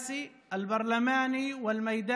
בקואליציה, אף שהיא לא חלק מהממשלה למעשה.